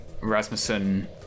Rasmussen